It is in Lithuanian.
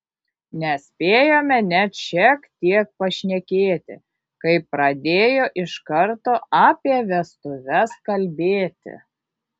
nespėjome net šiek tiek pašnekėti kai pradėjo iš karto apie vestuves kalbėti